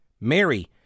Mary